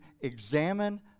examine